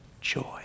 Joy